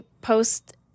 post